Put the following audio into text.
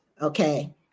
Okay